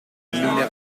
minervois